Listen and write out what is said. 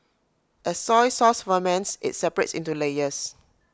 as soy sauce ferments IT separates into layers